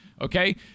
Okay